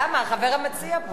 למה, החבר המציע פה.